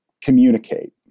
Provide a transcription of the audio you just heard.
communicate